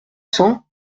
cents